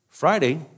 Friday